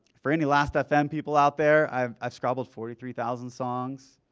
for any last fm people out there, i um scrabbled forty three thousand songs.